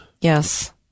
yes